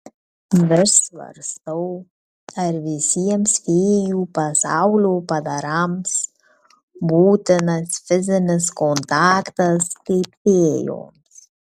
vis svarstau ar visiems fėjų pasaulio padarams būtinas fizinis kontaktas kaip fėjoms